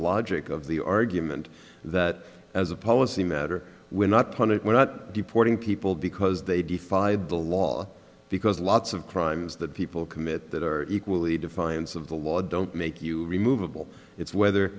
logic of the argument that as a policy matter we're not punished we're not deporting people because they defied the law because lots of crimes that people commit that are equally defiance of the law don't make you removable it's whether